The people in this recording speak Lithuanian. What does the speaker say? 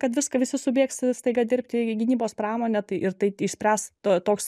kad viską visi subėgs staiga dirbti į gynybos pramonę tai ir tai išspręs to toks